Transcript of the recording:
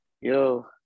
yo